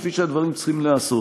כפי שהדברים צריכים להיעשות.